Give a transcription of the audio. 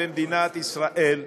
במדינת ישראל,